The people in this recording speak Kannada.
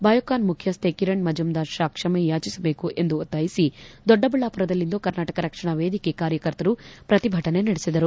ಬಯೋಕಾನ್ ಮುಖ್ಯಸ್ವೆ ಕಿರಣ್ ಮಜುಂದಾರ್ ಶಾ ಅವರು ಕ್ಷಮೆ ಯಾಚಿಸಬೇಕು ಎಂದು ಒತ್ತಾಯಿಸಿ ದೊಡ್ಡಬಳ್ಳಾಪುರದಲ್ಲಿಂದು ಕರ್ನಾಟಕ ರಕ್ಷಣಾ ವೇದಿಕೆ ಕಾರ್ಕರ್ತರು ಪ್ರತಿಭಟನೆ ನಡೆಸಿದರು